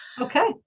Okay